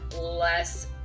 less